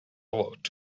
vote